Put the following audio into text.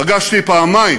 פגשתי פעמיים